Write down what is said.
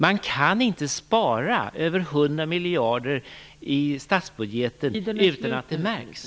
Man kan inte spara över 100 miljarder i statsbudgeten utan att det märks.